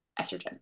estrogen